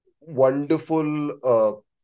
wonderful